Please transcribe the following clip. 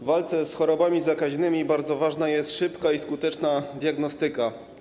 W walce z chorobami zakaźnymi bardzo ważna jest szybka i skuteczna diagnostyka.